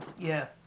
Yes